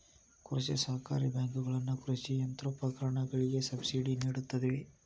ಕೃಷಿ ಸಹಕಾರಿ ಬ್ಯಾಂಕುಗಳ ಕೃಷಿ ಯಂತ್ರೋಪಕರಣಗಳಿಗೆ ಸಬ್ಸಿಡಿ ನಿಡುತ್ತವೆ